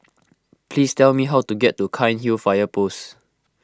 please tell me how to get to Cairnhill Fire Post